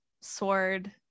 sword